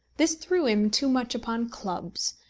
this threw him too much upon clubs,